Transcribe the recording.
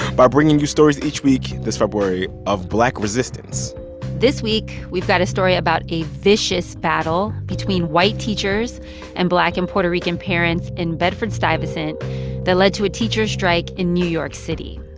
by bringing you stories each week this february of black resistance this week, we've got a story about a vicious battle between white teachers and black and puerto rican parents in bedford-stuyvesant that led to a teachers strike in new york city.